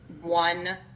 one